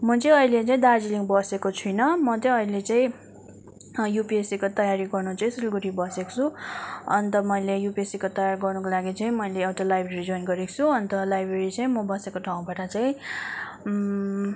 म चाहिँ अहिले चाहिँ दार्जिलिङ बसेको छुइनँ म चाहिँ अहिले चाहिँ युपिएससीको तयारी गर्नु चाहिँ सिलगढी बसेको छु अन्त मैले युपिएसससीको तयारी गर्नुको लागि चाहिँ मैले एउटा लाइब्रेरी जोइन गरेको छु अन्त लाइब्रेरी चाहिँ म बसेको ठाउँबट चाहिँ